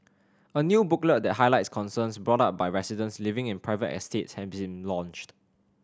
a new booklet that highlights concerns brought up by residents living in private estate has been launched